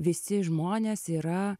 visi žmonės yra